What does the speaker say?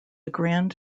grand